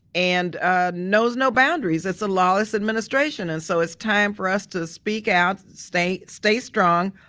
and ah knows no boundaries. it's a lawless administration. and so it's time for us to speak out, stay stay strong,